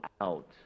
out